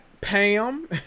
Pam